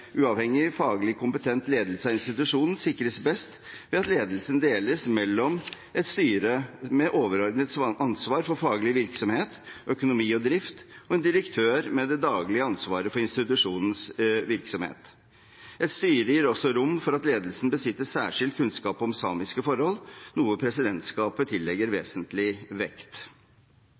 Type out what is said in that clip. uavhengig, faglig kompetent ledelse av institusjonen sikres best ved at ledelsen deles mellom et styre med overordnet ansvar for faglig virksomhet, økonomi og drift, og en direktør med det daglige ansvaret for institusjonens virksomhet. Et styre gir også rom for at også ledelsen besitter særskilt kunnskap om samiske forhold, noe presidentskapet tillegger